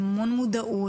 עם המון מודעות,